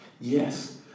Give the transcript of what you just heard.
Yes